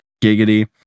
giggity